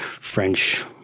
French